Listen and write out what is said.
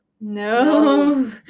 No